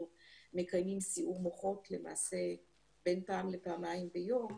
מקיימים סיעור מוחות בין פעם לפעמיים ביום,